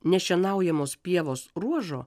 nešienaujamos pievos ruožo